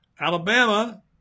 Alabama